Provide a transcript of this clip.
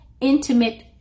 intimate